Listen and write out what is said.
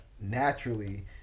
naturally